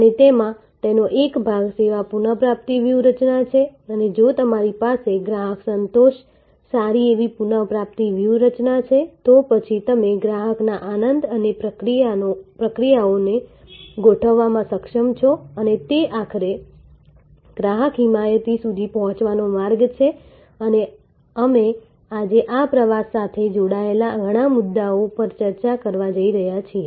અને તેમાં તેનો એક ભાગ સેવા પુનઃપ્રાપ્તિ વ્યૂહરચના છે અને જો તમારી પાસે ગ્રાહક સંતોષ સારી સેવા પુનઃપ્રાપ્તિ વ્યૂહરચના છે તો પછી તમે ગ્રાહકના આનંદ માટે પ્રક્રિયાઓને ગોઠવવામાં સક્ષમ છો અને તે આખરે ગ્રાહક હિમાયત સુધી પહોંચવાનો માર્ગ છે અને અમે આજે આ પ્રવાસ સાથે જોડાયેલા ઘણા મુદ્દાઓ પર ચર્ચા કરવા જઈ રહ્યા છીએ